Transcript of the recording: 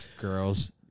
girls